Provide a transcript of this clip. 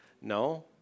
No